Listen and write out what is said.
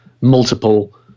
multiple